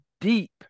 deep